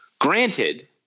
Granted